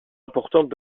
importante